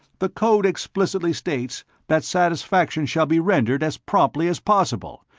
the code explicitly states that satisfaction shall be rendered as promptly as possible,